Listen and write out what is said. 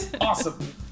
Awesome